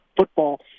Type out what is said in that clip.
football